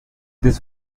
this